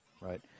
right